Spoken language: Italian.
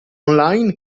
online